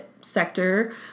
sector